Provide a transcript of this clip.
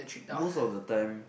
most of the time